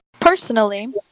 Personally